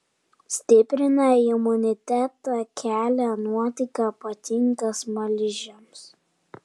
stiprina imunitetą kelia nuotaiką patinka smaližiams